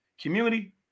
community